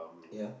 ya